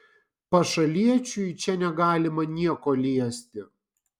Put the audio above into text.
pašaliečiui čia negalima nieko liesti